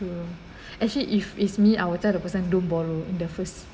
actually if it's me I will tell the person don't borrow in the first